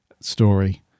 story